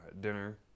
dinner